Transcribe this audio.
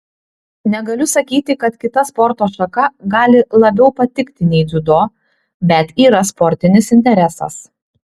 negaliu sakyti kad kita sporto šaka gali labiau patikti nei dziudo bet yra sportinis interesas